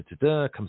comes